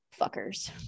Fuckers